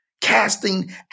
casting